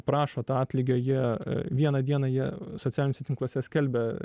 prašo to atlygio jie vieną dieną jie socialiniuose tinkluose skelbia